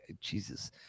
jesus